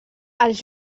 els